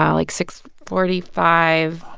um like, six forty five.